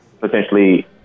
potentially